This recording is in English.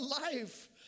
life